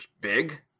big